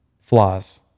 flaws